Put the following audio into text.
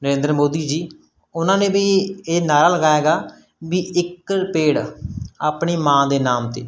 ਨਰਿੰਦਰ ਮੋਦੀ ਜੀ ਉਹਨਾਂ ਨੇ ਵੀ ਇਹ ਨਾਰਾ ਲਗਾਇਆ ਹੈਗਾ ਵੀ ਇੱਕ ਪੇੜ ਆਪਣੀ ਮਾਂ ਦੇ ਨਾਮ 'ਤੇ